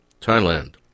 Thailand